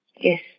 Yes